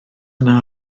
yna